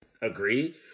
agree